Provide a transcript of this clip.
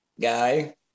guy